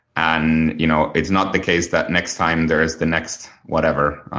and you know it's not the case that next time there's the next whatever